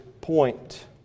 point